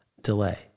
delay